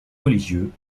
religieuses